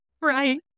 right